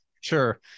Sure